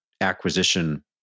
acquisition